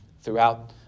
throughout